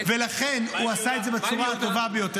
ולכן הוא עשה את זה בצורה הטובה ביותר.